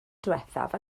ddiwethaf